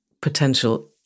potential